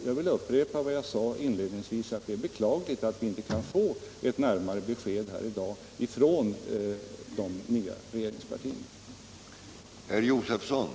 Jag vill upprepa vad jag sade inledningsvis: Det är beklagligt att vi inte kan få närmare besked här i dag från de nya regeringspartierna.